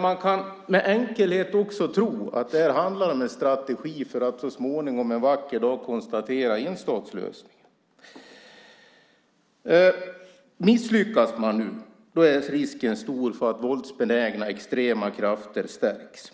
Man kan också enkelt tro att det handlar om en strategi för att så småningom en vacker dag konstatera en enstatslösning. Om man misslyckas nu är risken stor att våldsbenägna extrema krafter stärks.